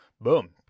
boom